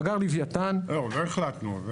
עוד לא החלטנו.